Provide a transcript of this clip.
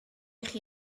chi